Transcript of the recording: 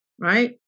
right